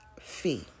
fee